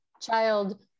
child